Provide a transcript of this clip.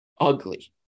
ugly